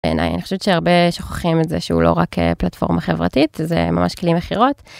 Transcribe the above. בעיני. אני חושבת שהרבה שוכחים את זה שהוא לא רק פלטפורמה חברתית זה ממש כלי מכירות.